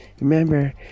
Remember